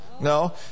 No